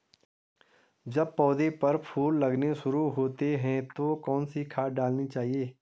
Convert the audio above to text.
जब पौधें पर फूल लगने शुरू होते हैं तो कौन सी खाद डालनी चाहिए?